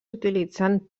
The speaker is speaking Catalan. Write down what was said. utilitzant